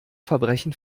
verbrechen